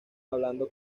hablando